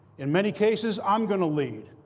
in many cases, i'm going to lead.